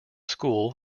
school